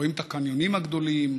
רואים את הקניונים הגדולים,